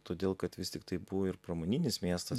todėl kad vis tiktai buvo ir pramoninis miestas